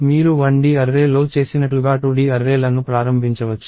మీరు 1D array లో చేసినట్లుగా 2D అర్రే ల ను ప్రారంభించవచ్చు